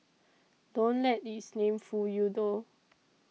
don't let its name fool you though